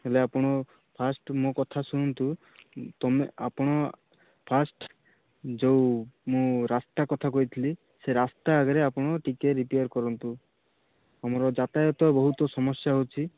ହେଲେ ଆପଣ ଫାର୍ଷ୍ଟ୍ ମୋ କଥା ଶୁଣନ୍ତୁ ତମେ ଆପଣ ଫାର୍ଷ୍ଟ୍ ଯେଉଁ ମୁଁ ରାସ୍ତା କଥା କହିଥିଲି ସେ ରାସ୍ତା ଆଗରେ ଆପଣ ଟିକେ ରିପେୟାର୍ କରନ୍ତୁ ଆମର ଯାତାୟାତ ବହୁତ ସମସ୍ୟା ହେଉଛି ଆମେ